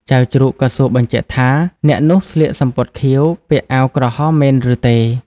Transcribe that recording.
ចៅជ្រូកក៏សួរបញ្ជាក់ថា អ្នកនោះស្លៀកសំពត់ខៀវ ពាក់អាវក្រហមមែនឬទេ ?